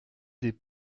des